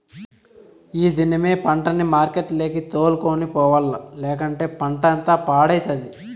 ఈ దినమే పంటని మార్కెట్లకి తోలుకొని పోవాల్ల, లేకంటే పంటంతా పాడైతది